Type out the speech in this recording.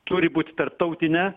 turi būt tarptautinė